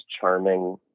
charming